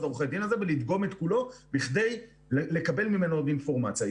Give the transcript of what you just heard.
עורכי הדין הזה ולדגום את כולו כדי לקבל ממנו עוד אינפורמציה.